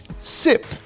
sip